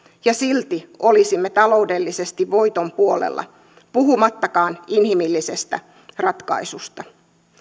ja silti olisimme taloudellisesti voiton puolella puhumattakaan inhimillisestä ratkaisusta